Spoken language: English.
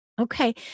okay